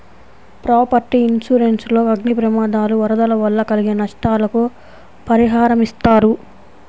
property insurance లో అగ్ని ప్రమాదాలు, వరదలు వల్ల కలిగే నష్టాలకు పరిహారమిస్తారు